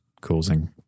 causing